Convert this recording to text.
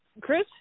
Chris